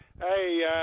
Hey